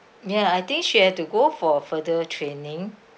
ya I think she had to go for further training